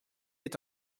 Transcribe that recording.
est